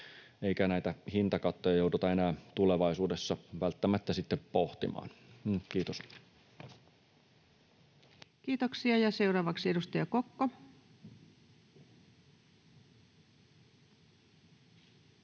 eikä näitä hintakattoja jouduta enää tulevaisuudessa välttämättä pohtimaan. — Kiitos. Kiitoksia. — Ja seuraavaksi edustaja Kokko,